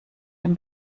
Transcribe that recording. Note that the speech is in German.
dem